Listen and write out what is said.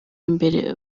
imbere